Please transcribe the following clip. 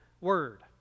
word